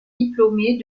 diplômés